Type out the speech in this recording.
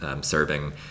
serving